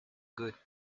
good